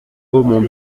mon